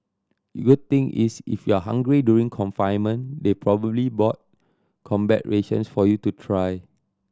your thing is if you're hungry during confinement they probably bought combat rations for you to try